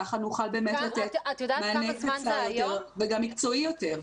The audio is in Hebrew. ככה נוכל באמת לתת מענה קצר יותר וגם מקצועי יותר.